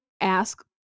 ask